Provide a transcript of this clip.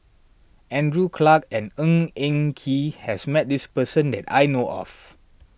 Andrew Clarke and Ng Eng Kee has met this person that I know of